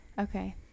Okay